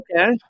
okay